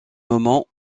moment